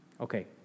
Okay